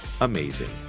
amazing